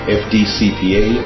fdcpa